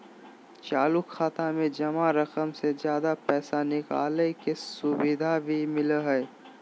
चालू खाता में जमा रकम से ज्यादा पैसा निकालय के सुविधा भी मिलय हइ